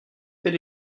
fait